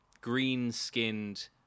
green-skinned